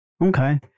Okay